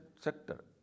sector